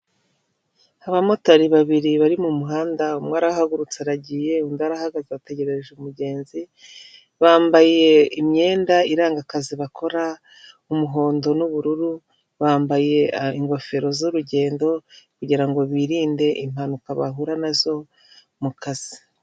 Abamotari babiri bari mumuhanda umwe arahagurutse aragiye undi arahagaze ategereje umugenzi bambaye imyenda iranga akazi bakora umuhondo nu'ubururu, bambaye ingofero z'urugendo kugirango birinde impanuka bahura nazo mu mukazi.